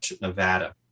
Nevada